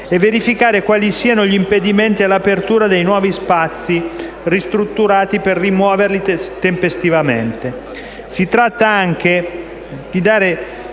e verificare quali siano gli impedimenti all'apertura dei nuovi spazi ristrutturati per rimuoverli tempestivamente. Si tratta anche di dare